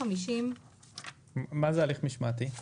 מה זה הליך משמעתי?